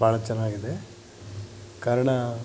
ಭಾಳ ಚೆನ್ನಾಗಿದೆ ಕಾರಣ